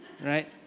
right